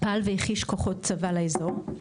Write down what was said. פעל והחיש כוחות צבא לאזור,